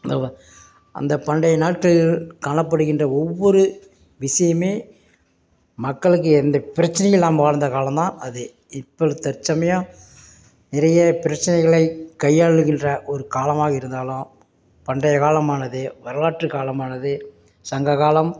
அந்த வ அந்த பண்டைய நாட்களில் காணப்படுகின்ற ஒவ்வொரு விசியமே மக்களுக்கு எந்த பிரச்சனையும் இல்லாமல் வாழ்ந்த காலம் தான் அது இப்பொழுது தற்சமயம் நிறைய பிரச்சனைகளை கையாளுகின்ற ஒரு காலமாக இருந்தாலும் பண்டைய காலமானது வரலாற்று காலமானது சங்ககாலம்